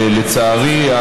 לצערי,